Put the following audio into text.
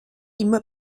immer